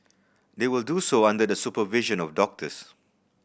they will do so under the supervision of doctors